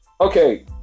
Okay